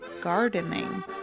gardening